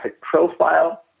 profile